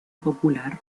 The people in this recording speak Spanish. popular